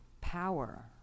power